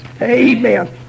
Amen